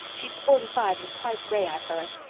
she's forty-five and quite gray, i've heard.